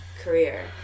career